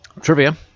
Trivia